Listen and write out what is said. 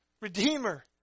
Redeemer